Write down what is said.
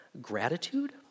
gratitude